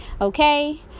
okay